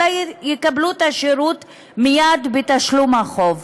אלא הם יקבלו את השירות מייד עם תשלום החוב.